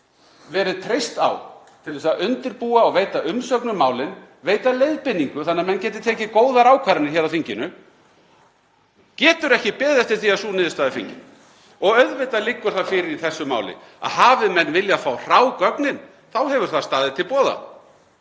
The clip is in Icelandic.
verið treyst á til að undirbúa og veita umsögn um málin, veita leiðbeiningu, þannig að menn geti tekið góðar ákvarðanir hér á þinginu, getur ekki beðið eftir því að sú niðurstaða sé fengin? Auðvitað liggur það fyrir í þessu máli að hafi menn viljað fá gögnin hrá þá hefur það staðið til boða